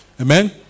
Amen